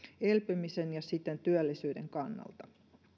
elpymisen ja siten työllisyyden kannalta